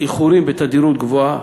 איחורים בתדירות גבוהה,